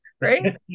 right